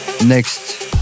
next